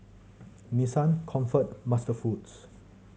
Nissan Comfort MasterFoods